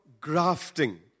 grafting